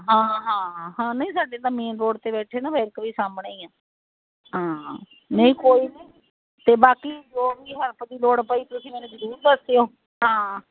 ਹਾਂ ਹਾਂ ਹਾਂ ਨਹੀਂ ਸਾਡੇ ਤਾਂ ਮੇਨ ਰੋਡ ਤੇ ਬੈਠੇ ਨਾ ਬੈਂਕ ਵੀ ਸਾਹਮਣੇ ਈ ਆ ਹਾਂ ਨਹੀਂ ਕੋਈ ਨੀ ਤੇ ਬਾਕੀ ਜੋ ਵੀ ਹੈਲਪ ਦੀ ਲੋੜ ਪਈ ਤੁਸੀਂ ਮੈਨੂੰ ਜਰੂਰ ਦੱਸ ਦਿਓ ਹਾਂ